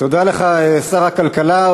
תודה לך, שר הכלכלה.